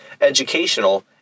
educational